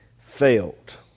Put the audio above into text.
felt